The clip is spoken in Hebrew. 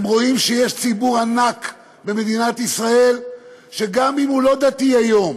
הם רואים שיש ציבור ענק במדינת ישראל שגם אם הוא לא דתי היום,